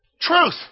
Truth